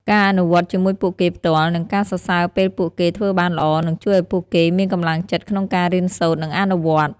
ការអនុវត្តន៍ជាមួយពួកគេផ្ទាល់ និងការសរសើរពេលពួកគេធ្វើបានល្អ នឹងជួយឱ្យពួកគេមានកម្លាំងចិត្តក្នុងការរៀនសូត្រ និងអនុវត្តន៍។